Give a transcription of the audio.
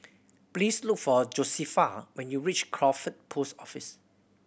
please look for Josefa when you reach Crawford Post Office